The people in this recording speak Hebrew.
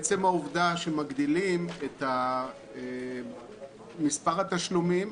עצם העובדה שמגדילים את מספר התשלומים,